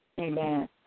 Amen